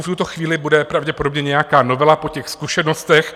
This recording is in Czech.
V tuto chvíli bude pravděpodobně nějaká novela po těch zkušenostech.